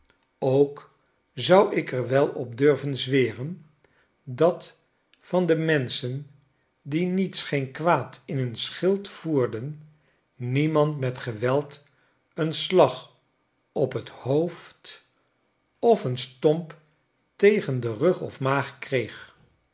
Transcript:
ook zou ik er wel op durven zweren dat van de menschen die niets geen kwaad in hun schild voerden niemand met geweld een slag op het hoofd of een stomp tegen den rug of maag kreeg